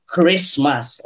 Christmas